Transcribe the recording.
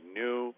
new